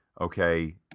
Okay